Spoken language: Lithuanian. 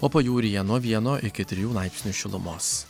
o pajūryje nuo vieno iki trijų laipsnių šilumos